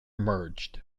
merged